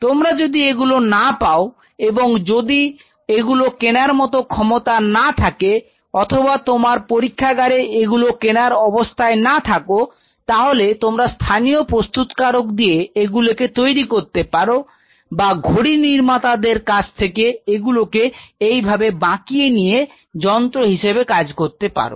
তোমরা যদি এগুলো না পাও এবং যদি এগুলো কিনার মত ক্ষমতা না থাকে অথবা তোমার পরীক্ষাগারে এগুলো কেনার অবস্থায় না থাকো তাহলে তোমরা স্থানীয় প্রস্তুতকারক দিয়ে এগুলোকে তৈরি করতে পারো বা ঘড়িনির্মাতা দের কাছ থেকে এগুলো কে এই ভাবে বাঁকিয়ে নিয়ে যন্ত্র হিসেবে কাজ করাতে পারো